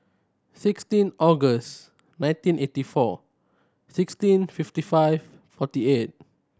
sixteen August nineteen eighty four sixteen fifty five forty eight